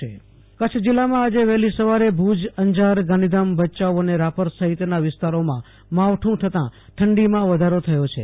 આસુતોષ અંતાણી કરછ માવઠું કરુછ જીલ્લામાં આજે વહેલી સવારે ભુજ અંજાર ગાંધીધામ ભયાઉ અને રાપર સહિતના વિસ્તારોમાં માવકું થતા ઠંડીમાં વધારો થયો છે